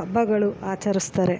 ಹಬ್ಬಗಳು ಆಚರಿಸ್ತಾರೆ